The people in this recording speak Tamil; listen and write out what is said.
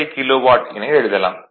65 கிலோ வாட் என எழுதலாம்